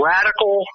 Radical